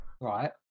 Right